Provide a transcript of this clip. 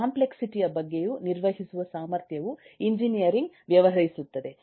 complexity ಯ ಬಗ್ಗೆಯೂ ನಿರ್ವಹಿಸುವ ಸಾಮರ್ಥ್ಯವು ಎಂಜಿನಿಯರಿಂಗ್ ವ್ಯವಹರಿಸುತ್ತದೆ